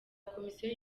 komisiyo